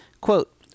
Quote